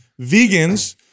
vegans